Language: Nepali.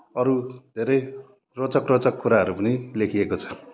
अरू धेरै रोचक रोचक कुराहरू पनि लेखिएको छ